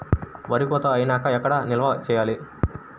వరి కోత అయినాక ఎక్కడ నిల్వ చేయాలి?